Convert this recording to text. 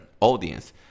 audience